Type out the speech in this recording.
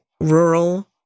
rural